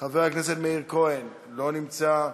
חבר הכנסת מאיר כהן, אינו נמצא.